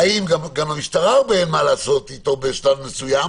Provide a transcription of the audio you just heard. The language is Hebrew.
גם למשטרה אין הרבה מה לעשות בשלב מסוים,